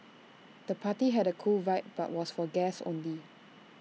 the party had A cool vibe but was for guests only